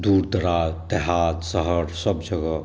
दूर दराज देहात शहर सब जगह